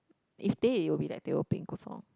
if teh it would be like teh O peng kosong